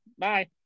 Bye